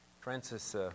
Francis